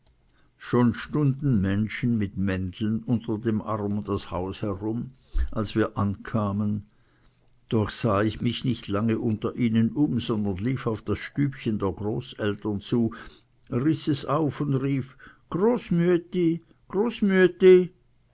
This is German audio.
schon stunden menschen mit mänteln unter dem arm um das haus herum als wir ankamen doch sah ich mich nicht lange unter ihnen um sondern lief auf das stübchen der großmutter zu riß es auf und rief großmüetti